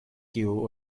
kiu